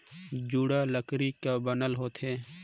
जुड़ा लकरी कर बनल होथे